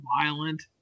violent